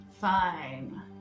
Fine